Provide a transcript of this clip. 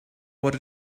what